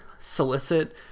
solicit